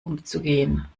umzugehen